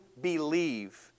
believe